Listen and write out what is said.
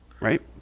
Right